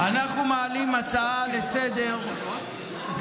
אנחנו מעלים הצעה לסדר-היום,